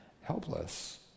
helpless